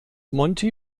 monti